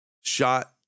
shot